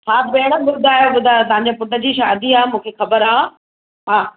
हा भेण ॿुधायो ॿुधायो तव्हांजे पुट जी शादी आहे मूंखे ख़बरु आहे हा